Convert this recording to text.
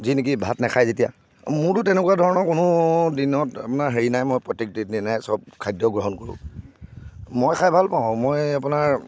যি নেকি ভাত নাখায় যেতিয়া মোৰতো তেনেকুৱা ধৰণৰ কোনো দিনত আপোনাৰ হেৰি নাই মই প্ৰত্যেক দিনাই চব খাদ্য গ্ৰহণ কৰোঁ মই খাই ভালপাওঁ মই আপোনাৰ